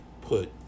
put